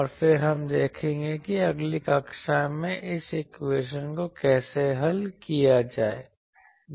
और फिर हम देखेंगे कि अगली कक्षा में इस इक्वेशन को कैसे हल किया जाए